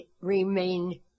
remain